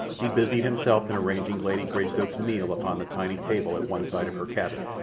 he busied himself in arranging lady greystoke's meal upon the tiny table at one side of her cabin.